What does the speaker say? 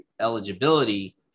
eligibility